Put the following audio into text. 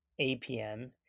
APM